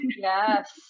Yes